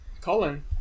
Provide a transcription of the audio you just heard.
Colin